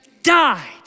died